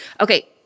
Okay